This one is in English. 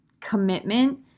commitment